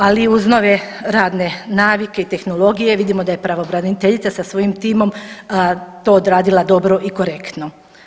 Ali uz nove radne navike i tehnologije vidimo da je pravobraniteljica sa svojim timom to odradila dobro i korektno.